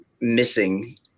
missing